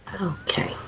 Okay